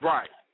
Right